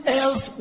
else